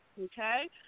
okay